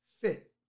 fit